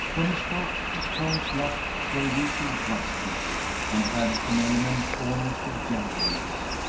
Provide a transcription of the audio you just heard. when he spoke his tones lacked their usual brusqueness and had an element almost of gentleness.